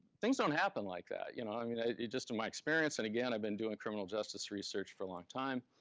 things don't happen like that. you know um you know just in my experience, and again, i've been doing criminal justice research for a long time.